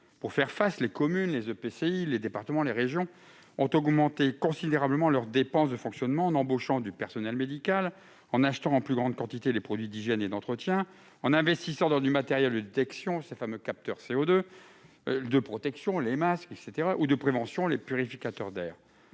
Pour y faire face, les communes, les EPCI, les départements ou les régions ont augmenté considérablement leurs dépenses de fonctionnement, en embauchant du personnel médical, en achetant en plus grande quantité des produits d'hygiène et d'entretien, en investissant dans du matériel de détection- le fameux capteur de CO2 -, de protection- les masques -ou encore de prévention- les purificateurs d'air.